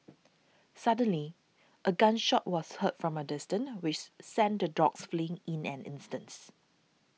suddenly a gun shot was fired from a distance which sent the dogs fleeing in an instance